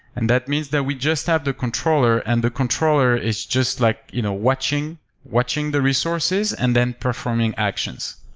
and that means that we just have the controller and the controller is just like you know watching watching the resources and then performing actions.